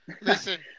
Listen